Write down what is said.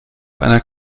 einer